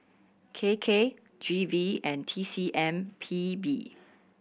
K K G V and T C M P B